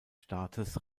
staates